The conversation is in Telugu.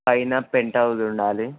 పైన పెంట్హౌస్ ఉండాలి